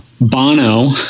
Bono